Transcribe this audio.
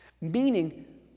Meaning